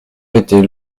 était